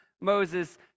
Moses